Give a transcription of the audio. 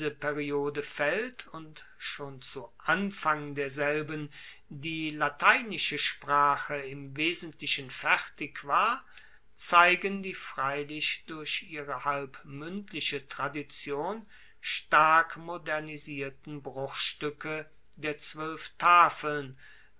periode faellt und schon zu anfang derselben die lateinische sprache im wesentlichen fertig war zeigen die freilich durch ihre halb muendliche tradition stark modernisierten bruchstuecke der zwoelf tafeln